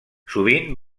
sovint